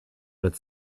its